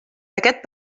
aquest